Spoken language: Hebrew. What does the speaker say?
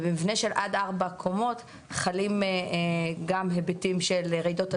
ובמבנה של עד ארבע קומות חלים גם היבטים של רעידות אדמה,